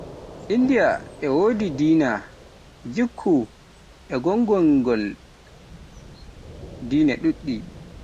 Indiya e wodi dina, gikku e goongɗingol diine duɗɗi.